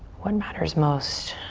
what matters most.